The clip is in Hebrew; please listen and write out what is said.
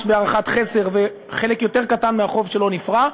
בהערכת חסר וחלק יותר קטן מהחוב שלו נפרע,